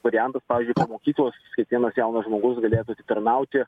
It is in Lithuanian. variantas pavyzdžiui mokyklos kiekvienas jaunas žmogus galėtų atitarnauti